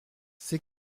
ses